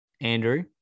Andrew